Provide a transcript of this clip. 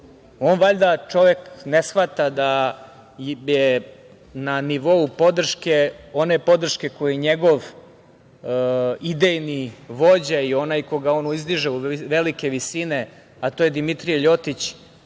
On valjda čovek ne shvata da na nivou podrške, one podrške koju njegov idejni vođa i onaj koga on uzdiže u velike visine, a to je Dimitrije Ljotić,